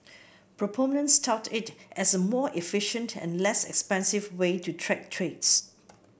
proponents tout it as a more efficient and less expensive way to track trades